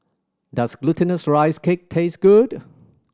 does Glutinous Rice Cake taste good